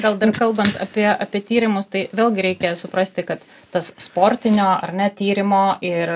gal dar kalbant apie apie tyrimus tai vėlgi reikia suprasti kad tas sportinio ar net tyrimo ir